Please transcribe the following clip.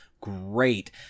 great